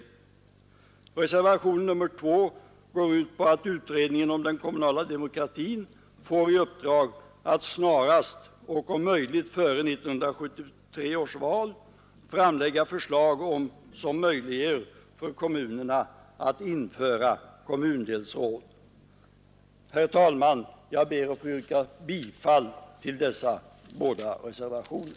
I reservationen 2 anhålls att utredningen om den kommunala demokratin får i uppdrag att snarast och om möjligt före 1973 års val framlägga förslag som möjliggör för kommunerna att införa kommundelsråd. Herr talman! Jag ber att få yrka bifall till dessa båda reservationer.